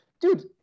dude